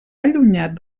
allunyat